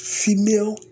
female